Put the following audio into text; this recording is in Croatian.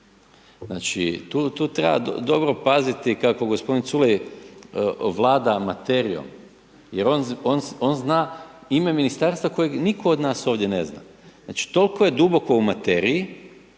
Znači tu treba dobro paziti kako gospodin Culej vlada materijom, jer on zna ime ministarstva kojeg nitko od nas ovdje ne zna. Znači toliko je duboko u materiji